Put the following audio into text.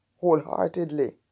wholeheartedly